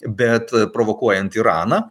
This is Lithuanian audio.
bet provokuojant iraną